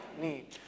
need